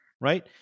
right